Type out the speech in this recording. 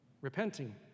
Repenting